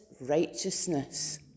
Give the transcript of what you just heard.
righteousness